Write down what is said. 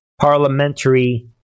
parliamentary